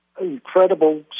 incredible